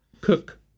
cook